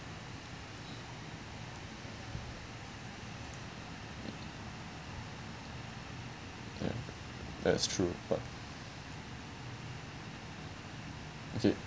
ya that's true but okay